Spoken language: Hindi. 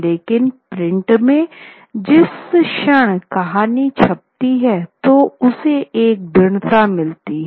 लेकिन प्रिंट में जिस क्षण कहानी छपती है तो उसे एक दृढ़ता मिलती है